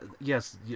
Yes